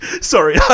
Sorry